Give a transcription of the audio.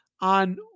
on